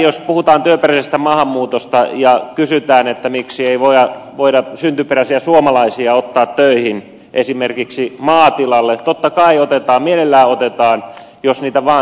jos puhutaan työperäisestä maahanmuutosta ja kysytään miksi ei voida syntyperäisiä suomalaisia ottaa töihin esimerkiksi maatilalle totta kai otetaan mielellään otetaan jos heitä vaan saataisiin